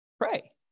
Pray